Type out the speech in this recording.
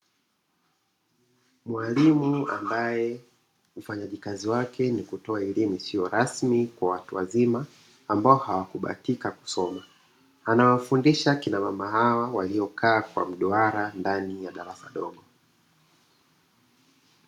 Mwalimu ambaye ufanyaji kazi wake ni kutoa elimu isiyo rasmi kwa watu wazima ambao hawakubahatika kusoma, anawafundisha kina mama hawa waliokaa kwa mduara ndani ya darasa dogo.